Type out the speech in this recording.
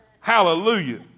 Hallelujah